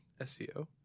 SEO